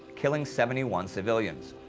killing seventy one civilians.